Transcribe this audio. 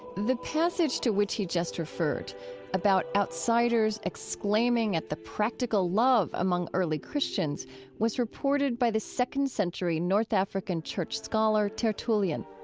the passage to which he just referred about outsiders exclaiming at the practical love among early christians was reported by the second-century north african church scholar tertullian.